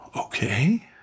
okay